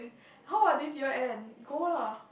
how about this year end go lah